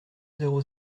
zéro